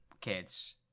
kids